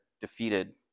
defeated